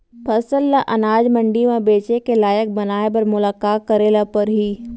फसल ल अनाज मंडी म बेचे के लायक बनाय बर मोला का करे ल परही?